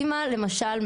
אמא למשל,